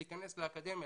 להיכנס לאקדמיה,